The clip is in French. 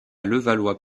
levallois